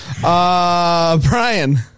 Brian